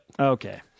Okay